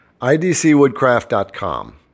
IDCwoodcraft.com